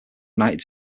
united